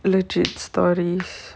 legit stories